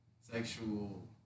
sexual